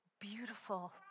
beautiful